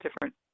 different